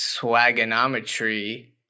swagonometry